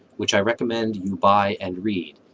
which i recommend you buy and read,